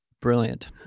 brilliant